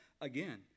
again